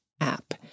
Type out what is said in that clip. app